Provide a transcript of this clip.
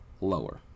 lower